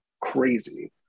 crazy